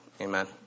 Amen